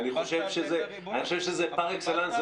אני חושב שזה פר אקסלנס,